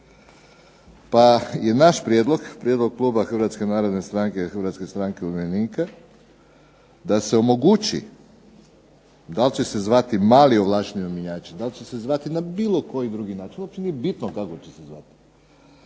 Pa je naš prijedlog, prijedlog kluba HNS-a i HSU-a da se omogući da li će se zvati mali ovlašteni mjenjači da li će se zvati na bilo koji drugi način, uopće nije bitno kako će se zvati,